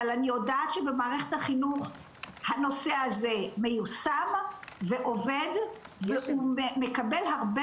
אבל אני יודעת שבמערכת החינוך הנושא הזה מיושם ועובד והוא מקבל הרבה